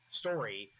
story